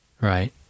right